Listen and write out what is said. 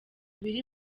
biri